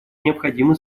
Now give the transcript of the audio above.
необходимы